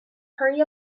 hurry